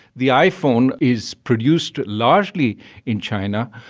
the iphone is produced largely in china.